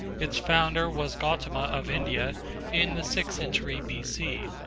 its founder was gautama of india in the sixth century b c.